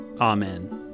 Amen